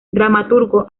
dramaturgo